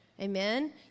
Amen